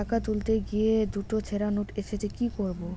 টাকা তুলতে গিয়ে দুটো ছেড়া নোট এসেছে কি করবো?